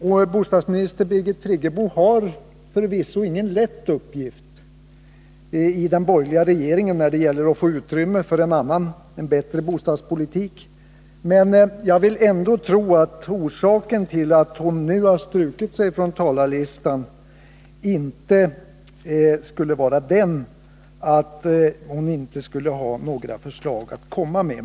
Vår bostadsminister, Birgit Friggebo, har förvisso ingen lätt uppgift i den borgerliga regeringen när det gäller att få utrymme för en annan och bättre bostadspolitik. Jag vill ändå tro att orsaken till att hon nu har strukit sig från talarlistan inte är den att hon inte skulle ha några förslag att komma med.